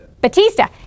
Batista